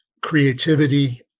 creativity